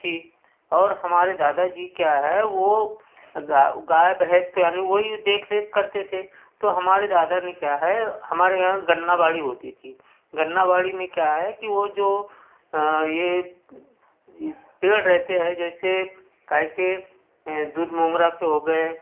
थी और हमारे दादा जी क्या है वो गाय भैंस को यानी वही देख रेख करते थे तो हमारे दादा ने क्या है हमारे यहाँ गन्ना बाड़ी होती थी गन्ना बाड़ी में क्या है कि वो जो ये पेड़ रहते हैं जैसे काय के दूध मोगरा के हो गए